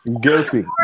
Guilty